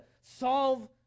solve